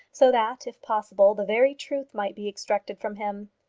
so that, if possible, the very truth might be extracted from him.